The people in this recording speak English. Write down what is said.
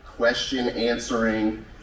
question-answering